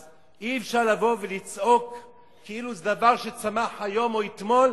אז אי-אפשר לבוא ולצעוק כאילו זה דבר שצנח היום או אתמול.